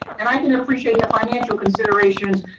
and i can appreciate the financial considerations,